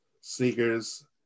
sneakers